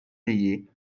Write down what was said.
naillet